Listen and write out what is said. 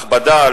הכבדה על